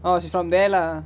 I was from there lah